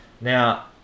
Now